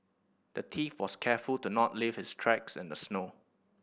the thief was careful to not leave his tracks in the snow